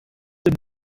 dem